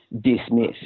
dismiss